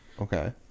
Okay